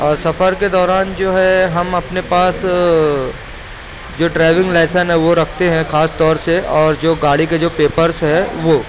اور سفر کے دوران جو ہے ہم اپنے پاس جو ڈرائیونگ لائسین ہے وہ رکھتے ہیں خاص طور سے اور جو گاڑی کے جو پیپرس ہیں وہ